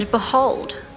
Behold